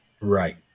right